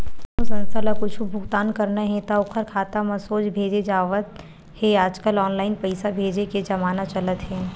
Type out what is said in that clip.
कोनो संस्था ल कुछ भुगतान करना हे त ओखर खाता म सोझ भेजे जावत हे आजकल ऑनलाईन पइसा भेजे के जमाना चलत हे